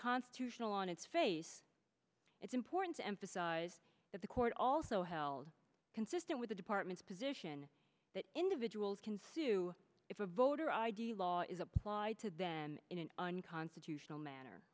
constitutional on its face it's important to emphasize that the court also held consistent with the department's position that individuals can sue if a voter id law is applied to then in an unconstitutional manner